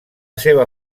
seva